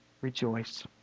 rejoice